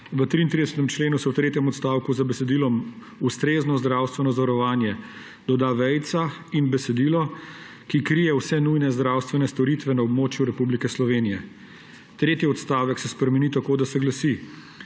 V 33. členu se v tretjem odstavku za besedilom »ustrezno zdravstveno zavarovanje« doda vejica in besedilo, »ki krije vse nujne zdravstvene storitve na območju Republike Slovenije«. Tretji odstavek se spremeni tako, da se glasi: